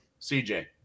cj